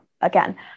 again